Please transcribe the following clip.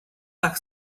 tak